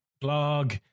blog